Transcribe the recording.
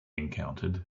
encountered